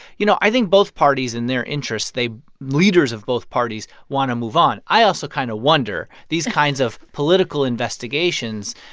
you know, i think both parties and their interests, they leaders of both parties want to move on. i also kind of wonder these kinds of political investigations,